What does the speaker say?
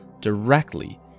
directly